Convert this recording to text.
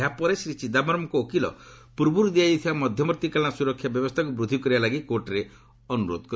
ଏହା ପରେ ଶ୍ରୀ ଚିଦାୟରମ୍ଙ୍କ ଓକିଲ ପୂର୍ବରୁ ଦିଆଯାଇଥିବା ମଧ୍ୟବର୍ତ୍ତୀକାଳୀନ ସୁରକ୍ଷା ବ୍ୟବସ୍ଥାକୁ ବୃଦ୍ଧି କରିବାଲାଗି କୋର୍ଟରେ ଅନୁରୋଧ କରିଥିଲେ